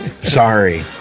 Sorry